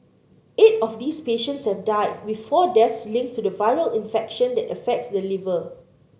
eight of these patients have died with four deaths linked to the viral infection that affects the liver